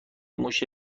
موش